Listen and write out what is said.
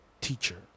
teacher